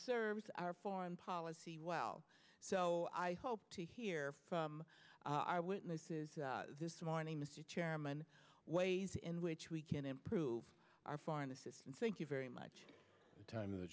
serves our foreign policy well so i hope to hear from our witnesses this morning mr chairman ways in which we can improve our foreign assistance thank you very much time in the